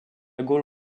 gaule